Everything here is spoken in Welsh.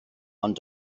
ond